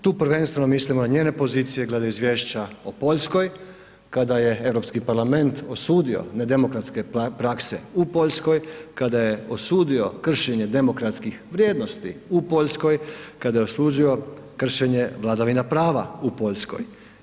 Tu prvenstveno mislimo na njene pozicije glede izvješća o Poljskoj kada je Europski parlament osudio nedemokratske prakse u Poljskoj, kada je osudio kršenje demokratskih vrijednosti u Poljskoj, kada je osudio kršenje vladavine prava u Poljskoj.